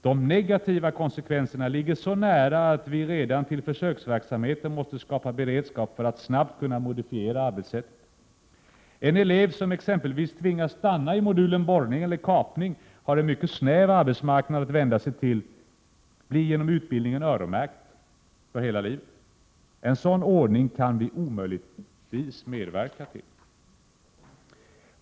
De negativa konsekvenserna ligger så nära att vi redan till försöksverksamheten måste skapa beredskap för att snabbt kunna modifiera arbetssätt. En elev som exempelvis tvingas stanna i modulen borrning eller kapning har en mycket snäv arbetsmarknad att vända sig till och blir genom utbildningen öronmärkt för hela livet. En sådan ordning kan vi omöjligtvis medverka till.